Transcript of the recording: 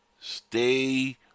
Stay